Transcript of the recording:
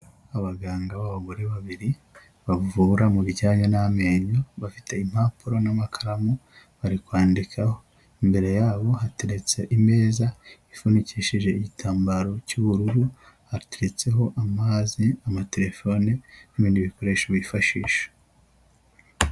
Abaganga b'abagore babiri, bavura mu bijyanye n'amenyo, bafite impapuro n'amakaramu, bari kwandikaho. Imbere yabo hateretse imeza ifunikishije igitambaro cy'ubururu, hateretseho amazi, amaterefone n'ibindi bikoresho bifashisha.